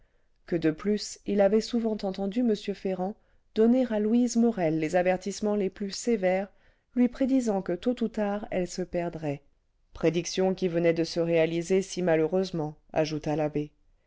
que de plus il avait souvent entendu m ferrand donner à louise morel les avertissements les plus sévères lui prédisant que tôt ou tard elle se perdrait prédiction qui venait de se réaliser si malheureusement ajouta l'abbé l'indignation de